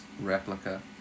replica